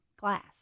glass